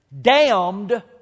damned